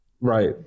Right